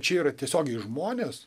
čia yra tiesiogiai žmonės